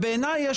בעיניי,